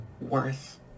worth